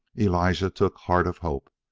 elijah took heart of hope,